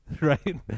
right